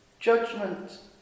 judgment